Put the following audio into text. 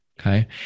Okay